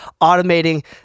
automating